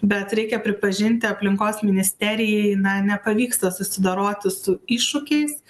bet reikia pripažinti aplinkos ministerijai na nepavyksta susidoroti su iššūkiais